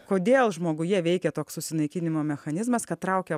kodėl žmoguje veikia toks susinaikinimo mechanizmas kad traukia